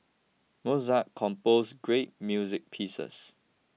Mozart composed great music pieces